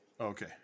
okay